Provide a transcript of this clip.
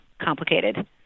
complicated